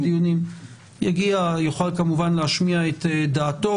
בדיונים הוא יוכל כמובן להשמיע את דעתו.